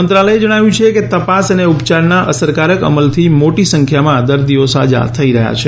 મંત્રાલયે જણાવ્યું છે કે તપાસ અને ઉપચારના અસરકારક અમલથી મોટી સંખ્યામાં દર્દીઓ સાજા થયા છે